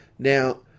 Now